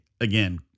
again